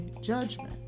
judgment